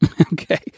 Okay